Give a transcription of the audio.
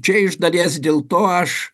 čia iš dalies dėl to aš